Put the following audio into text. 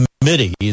committee